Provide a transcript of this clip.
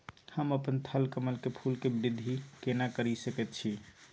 हम अपन थलकमल के फूल के वृद्धि केना करिये सकेत छी?